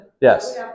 Yes